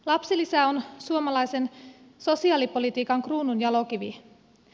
lapsilisä on suomalaisen sosiaalipolitiikan kruununjalokivi